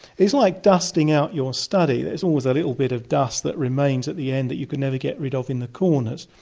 it's like dusting out your study there's always a little bit of dust that remains at the end that you can never get rid of in the corners,